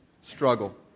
struggle